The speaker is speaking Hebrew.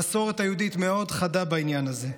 המסורת היהודית מאוד חדה בעניין הזה: